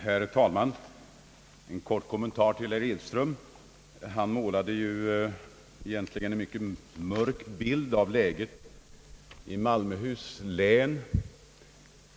Herr talman! En kort kommentar till herr Edström! Han målade egentligen en mörk bild av läget i Malmöhus län.